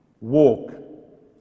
walk